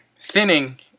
thinning